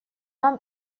нам